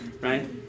right